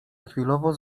chwilowo